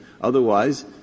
Otherwise